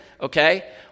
Okay